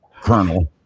colonel